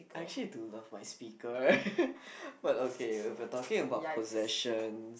I actually do love my speaker but okay if we're talking about possessions